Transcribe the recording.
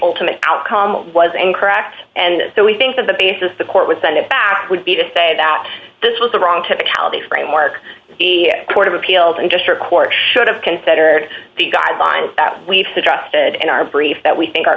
ultimate outcome was incorrect and so we think that the basis the court would send it back would be to say that this was a wrong technicality framework the court of appeals and just our court should have considered the guidelines that we've suggested in our brief that we think are